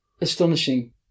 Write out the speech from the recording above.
astonishing